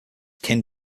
tend